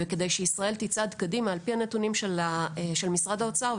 וכדי שישראל תצעד קדימה על פי הנתונים של משרד האוצר,